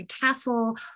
Castle